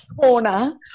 corner